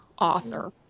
author